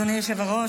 אדוני היושב-ראש,